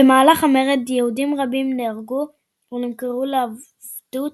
במהלך המרד יהודים רבים נהרגו או נמכרו לעבדות,